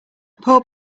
poor